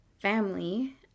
family